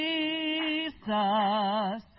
Jesus